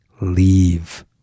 leave